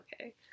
okay